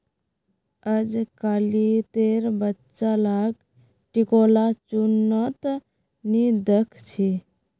अजकालितेर बच्चा लाक टिकोला चुन त नी दख छि